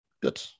Good